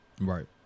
right